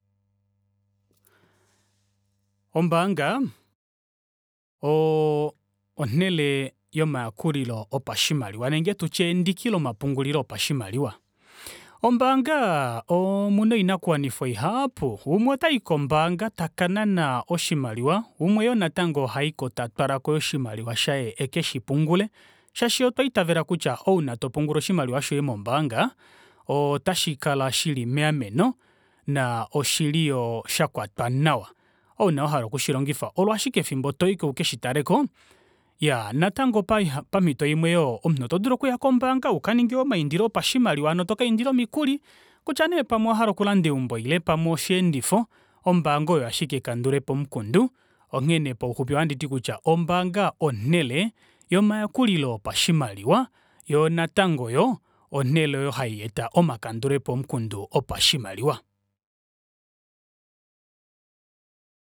Ombaanga ooh onele yomayakulilo opashimaliwa nenge tutye endiki lomapungulilo opashimaliwa. Ombaanga omuna oinakuwanifwa ihaapu, umwe otai kombaanga taka nana oshimaliwa umwe yoo natango ohaiko tatwalako yoo oshimaliwa shaye ekeshipungule shaashi otwa itavela kutya ouna topungula oshimaliwa shoye mombaanga oo ota shikala shili meameno naa oshili yoo shakwatwa nawa. Ouna wahala oku shilongifa olo ashike efimbo toiko ukeshitaleko. Iyaa natango pamito imwe yoo omunhu otodulu okuya kombaanga okaninge yoo omaindilo opashimaliwa hano toka indila omikuli kutya nee pamwe owa hala okulanda eumbo ile pamwe osheendifo ombaanga oyo ashike ekandulepo lomukundu, ongheene pauxupi ohanditi kutya, ombaanga onele yomayakulilo opashimaliwa yoo natango yoo onele oyo hayeeta omakandulepo omukundu opashimaliwa.